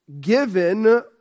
given